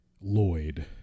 Lloyd